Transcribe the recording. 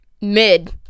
Mid